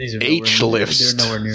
H-lifts